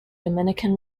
dominican